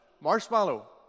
Marshmallow